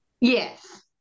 Yes